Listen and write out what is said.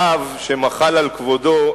רב שמחל על כבודו,